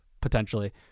potentially